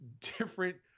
different